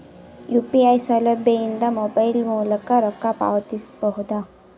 UPI ಸೌಲಭ್ಯ ಇಂದ mobile ಮೂಲಕ ರೊಕ್ಕ ಪಾವತಿಸ ಬಹುದಾ?